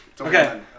Okay